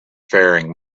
faring